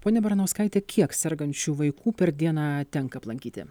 ponia baranauskaite kiek sergančių vaikų per dieną tenka aplankyti